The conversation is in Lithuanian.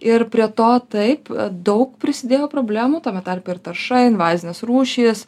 ir prie to taip daug prisidėjo problemų tame tarpe ir tarša invazinės rūšys